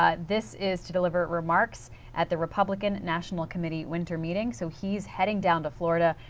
ah this is to deliver remarks at the republican national committee winter meeting, so he is heading down to florida,